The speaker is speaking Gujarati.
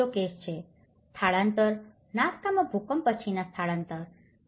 આ બીજો કેસ છે સ્થળાંતર નાસ્કામાં ભૂકંપ પછીના સ્થળાંતર Ica